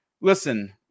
listen